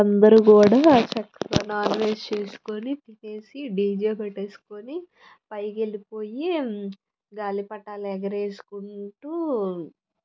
అందరు కూడా చక్కగా నాన్ వెజ్ చేసుకుని తిని డీజే పెట్టుకుని పైకి వెళ్ళిపోయి గాలిపటాలు ఎగరేసుకుంటు